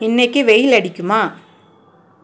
இன்றைக்கி வெயில் அடிக்குமா